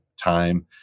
time